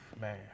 Man